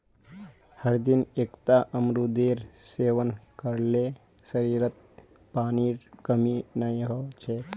हरदिन एकता अमरूदेर सेवन कर ल शरीरत पानीर कमी नई ह छेक